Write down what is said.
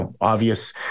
obvious